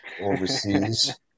overseas